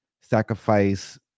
sacrifice